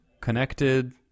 connected